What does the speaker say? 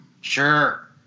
Sure